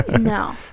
No